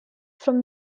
from